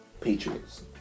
Patriots